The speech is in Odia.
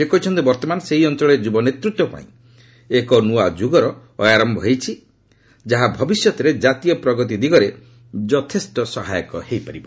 ସେ କହିଛନ୍ତି ବର୍ଭମାନ ସେହି ଅଞ୍ଚଳରେ ଯୁବ ନେତୃତ୍ୱ ପାଇଁ ଏକ ନ୍ତୁଆ ଯୁଗର ଅୟାରମ୍ଭ ହୋଇଛି ଯାହା ଭବିଷ୍ୟତରେ କାତୀୟ ପ୍ରଗତି ଦିଗରେ ଯଥେଷ୍ଟ ସହାୟକ ହୋଇପାରିବ